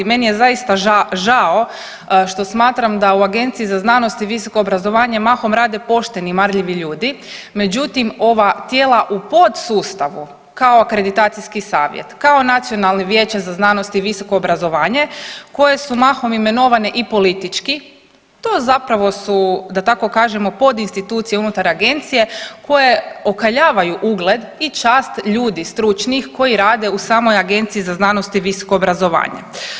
Meni je zaista žao što smatram da u Agenciji za znanost i visoko obrazovanje mahom rade pošteni i marljivi ljudi, međutim ova tijela u podsustavu kao akreditacijski savjet, kao nacionalno vijeće za znanost i visoko obrazovanje koje su mahom imenovane i politički to zapravo su da tako kažemo podinstitucije unutar agencije koje okaljavaju ugled i čast ljudi stručnih koji rade u samoj Agenciji za znanost i visoko obrazovanje.